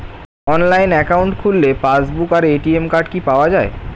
Online account খুললে passbook আর ATM card কি পাওয়া যায়?